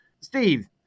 Steve